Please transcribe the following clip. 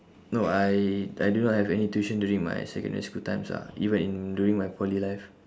no I I do not have any tuition during my secondary school times ah even in during my poly life